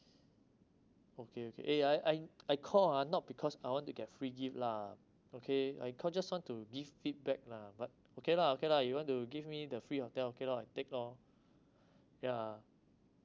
okay okay eh I I I call ah not because I want to get free gift lah okay I call just want to give feedback lah but okay lah okay lah you want to give me the free hotel okay lor I take lor yeah